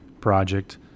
project